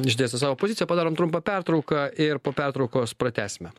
išdėstė savo poziciją padarom trumpą pertrauką ir po pertraukos pratęsime